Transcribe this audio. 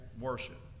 worship